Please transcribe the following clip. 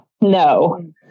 no